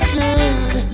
good